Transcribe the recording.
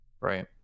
right